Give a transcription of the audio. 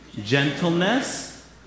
gentleness